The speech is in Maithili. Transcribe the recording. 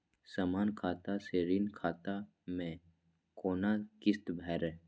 समान खाता से ऋण खाता मैं कोना किस्त भैर?